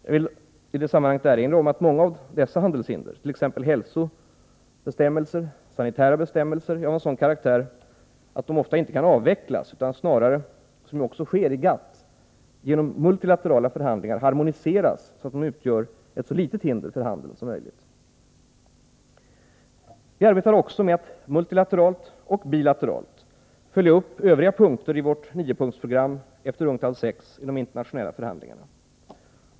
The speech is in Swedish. Jag vill i det sammanhanget erinra om att många av dessa handelshinder, t.ex. hälsobestämmelser och sanitära bestämmelser, är av sådan karaktär att de ofta inte kan avvecklas utan snarare — såsom också sker i GATT — genom multilaterala förhandlingar harmoniseras så att de utgör ett så litet hinder för handeln som möjligt. Vi arbetar också med att multilateralt och bilateralt följa upp övriga punkter i vårt niopunktsprogram efter UNCTAD VI i de internationella förhandlingarna.